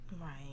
Right